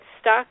stuck